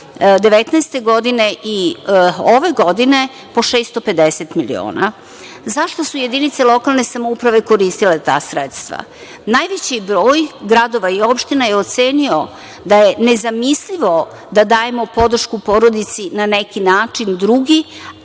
2019. godine i ove godine po 650 miliona. Zašto su jedinice lokalne samouprave koristile ta sredstva? Najveći broj gradova i opština je ocenio da je nezamislivo da dajemo podršku porodici na neki način drugi,